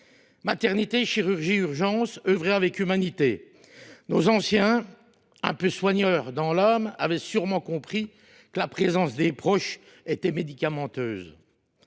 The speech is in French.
Maternité, chirurgie et urgences œuvraient avec humanité. Nos anciens, un peu soigneurs dans l’âme, avaient sûrement compris que la présence des proches était médicamenteuse.